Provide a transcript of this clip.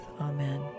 Amen